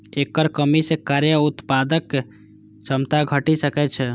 एकर कमी सं कार्य उत्पादक क्षमता घटि सकै छै